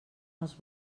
els